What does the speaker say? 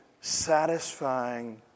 satisfying